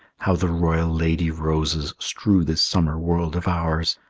how the royal lady roses strew this summer world of ours!